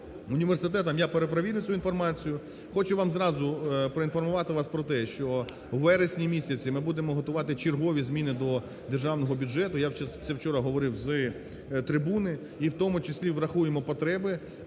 я перепровірю цю інформацію. Хочу вам зразу, поінформувати вас про те, що у вересні місяці ми будемо готувати чергові зміни до державного бюджету, я це вчора говорив з трибуни, і в тому числі врахуємо потреби